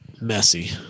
messy